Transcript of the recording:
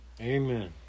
Amen